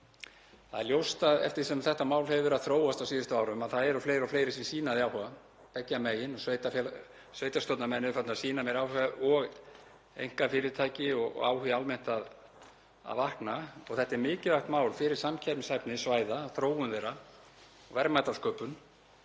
Það er ljóst að eftir því sem þetta mál hefur verið að þróast á síðustu árum að það eru fleiri og fleiri sem sýna því áhuga beggja megin. Sveitarstjórnarmenn eru farnir að sýna meiri áhuga og einkafyrirtæki og áhugi almennt að vakna og þetta er mikilvægt mál fyrir samkeppnishæfni svæða, þróun þeirra og verðmætasköpun